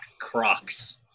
Crocs